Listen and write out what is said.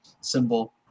symbol